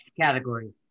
category